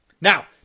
Now